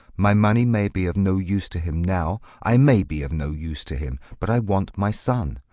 my money may be of no use to him now. i may be of no use to him, but i want my son.